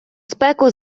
спеку